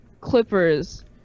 Clippers